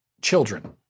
children